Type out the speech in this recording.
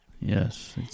Yes